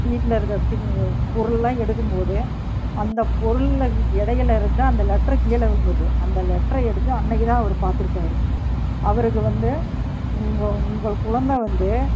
வீட்டில் இருக்க திங் பொருள் எல்லாம் எடுக்கும்போது அந்த பொருளில் இடையில் இருந்த அந்த லெட்டரு கீழே விழுந்தது அந்த லெட்டர எடுத்து அன்னக்குதான் அவர் பார்த்துருக்காரு அவருக்கு வந்து உங்கள் உங்கள் குழந்தை வந்து